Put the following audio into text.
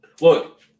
Look